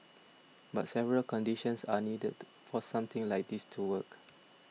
but several conditions are needed for something like this to work